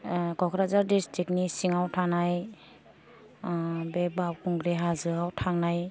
ओह क'क्राझार दिस्ट्रिकनि सिङाव थानाय ओ बे बावखुंग्रि हाजोआव थानाय